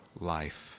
life